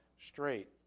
straight